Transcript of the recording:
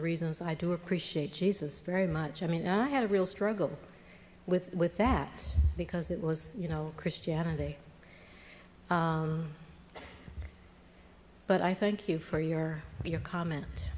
the reasons that i do appreciate jesus very much i mean i had a real struggle with that because it was you know christianity but i thank you for your your comment